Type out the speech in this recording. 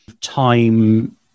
time